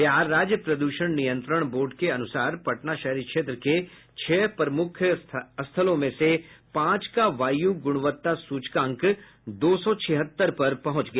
बिहार राज्य प्रद्षण नियंत्रण बोर्ड के अनुसार पटना शहरी क्षेत्र के छह प्रमुख स्थलों में से पांच का वायू गुणवत्ता सूचांक दो सौ छिहत्तर पर पहुंच गया